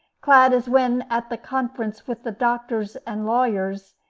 clad as when at the conference with the doctors and lawyers,